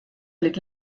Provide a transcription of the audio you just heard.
olid